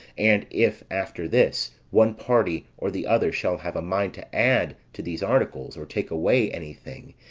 and, if after this, one party or the other shall have a mind to add to these articles, or take away any thing,